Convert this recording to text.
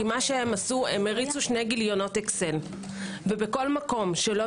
כי הם הרצינו שני גליונות ובכל מקום שלא